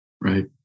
Right